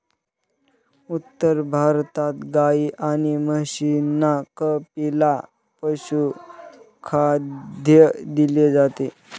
उत्तर भारतात गाई आणि म्हशींना कपिला पशुखाद्य दिले जाते